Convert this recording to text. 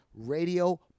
radio